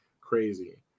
Crazy